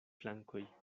flankoj